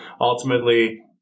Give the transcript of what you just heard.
Ultimately